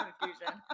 confusion